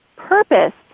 Purpose